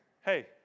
hey